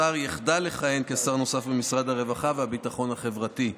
השר יחדל לכהן כשר נוסף במשרד הרווחה והביטחון החברתי.